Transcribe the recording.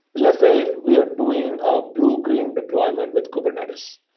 let's say we are doing a blue-green deployment with kubernetes.